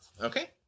Okay